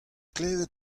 klevet